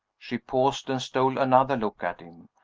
she paused, and stole another look at him.